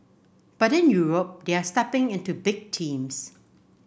but in Europe they are stepping into big teams